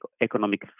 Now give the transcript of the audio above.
economic